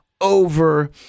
over